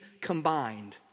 combined